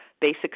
basic